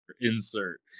insert